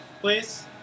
please